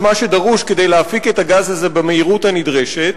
מה שדרוש כדי להפיק את הגז הזה במהירות הנדרשת,